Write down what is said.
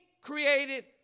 created